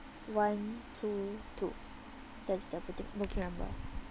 one two two that's the booking number